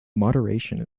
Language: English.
moderation